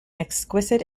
exquisite